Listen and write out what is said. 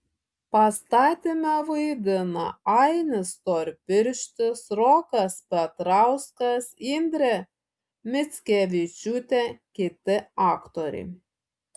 pastatyme vaidina ainis storpirštis rokas petrauskas indrė mickevičiūtė kiti aktoriai